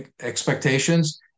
expectations